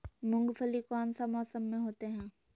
मूंगफली कौन सा मौसम में होते हैं?